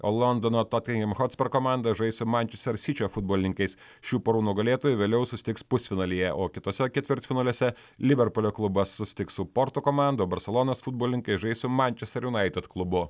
o londono totenham hotspur komanda žais su mančester sičio futbolininkais šių porų nugalėtojai vėliau susitiks pusfinalyje o kituose ketvirtfinaliuose liverpulio klubas susitiks su porto komanda barselonos futbolininkai žais su manchester united klubu